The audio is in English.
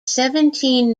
seventeen